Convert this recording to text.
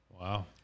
Wow